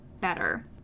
better